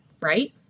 right